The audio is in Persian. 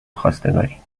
خواستگاری